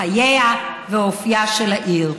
חייה ואופייה של העיר.